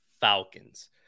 Falcons